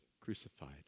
crucified